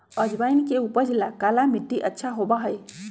अजवाइन के उपज ला काला मट्टी अच्छा होबा हई